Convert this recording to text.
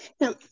Now